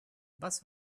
was